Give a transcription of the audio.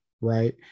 right